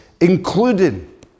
including